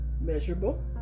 measurable